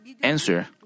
answer